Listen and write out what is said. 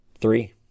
Three